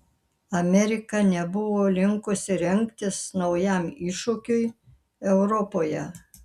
amerika nebuvo linkusi rengtis naujam iššūkiui europoje